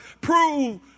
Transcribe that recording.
prove